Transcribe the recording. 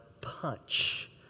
punch